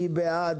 מי בעד